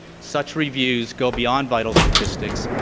such reviews go beyond vital statistics,